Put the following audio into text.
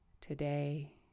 today